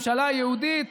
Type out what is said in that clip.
בממשלה יהודית,